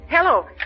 Hello